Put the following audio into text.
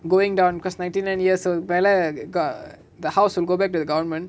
going down because ninety nine years old ballot the house will go back to the government